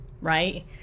Right